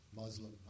Muslim